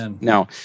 Now